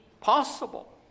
possible